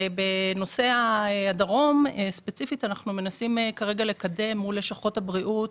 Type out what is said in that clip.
ספציפית בדרום אנחנו מנסים כרגע לקדם מול לשכות הבריאות